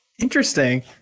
Interesting